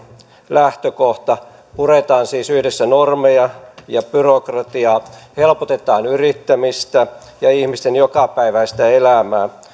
lähtökohta puretaan siis yhdessä normeja ja byrokratiaa helpotetaan yrittämistä ja ihmisten jokapäiväistä elämää